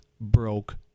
broke